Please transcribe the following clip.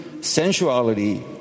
sensuality